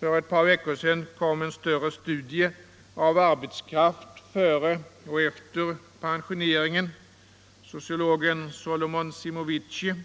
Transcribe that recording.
För ett par veckor sedan utkom en större studie av arbetskraft före och efter pensioneringen — sociologen Solomon Simovicis